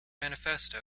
manifesto